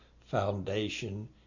foundation